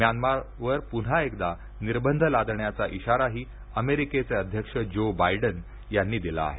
म्यानमारवर पुन्हा एकदा निर्बंध लादण्याचा इशाराही अमेरिकेचे अध्यक्ष ज्यो बायडन यांनी दिला आहे